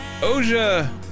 Oja